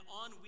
on